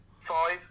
five